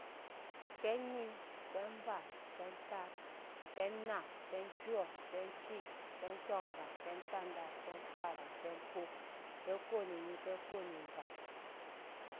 Fɛ nyi, fɛ va, fɛ tat, fɛ na, fɛ kyɔ, fɛ cii, fɛ tɔmva, fɛ tndat, fɛ kyɔra, fɛ kop, fɛ kop ne nyi, fɛ kop ne va.